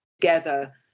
together